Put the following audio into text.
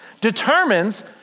determines